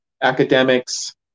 Academics